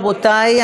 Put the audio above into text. רבותי,